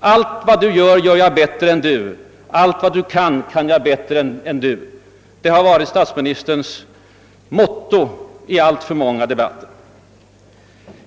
»Allt vad du gör, gör jag bättre än du gör, och allt vad du kan, kan jag bättre än du» — det har varit statsministerns motto i alltför många debatter.